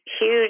huge